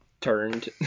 turned